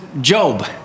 Job